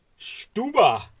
Stuba